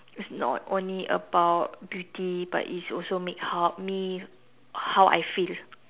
it's not only about beauty but it's also make how me how I feel